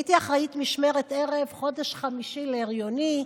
הייתי אחראית משמרת ערב, חודש חמישי להריוני,